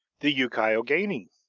the youghiogheny